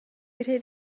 rhydd